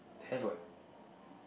have what